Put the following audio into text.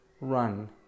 Run